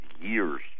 years